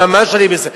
ממש אני מסיים.